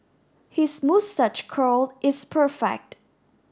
his moustache curl is perfect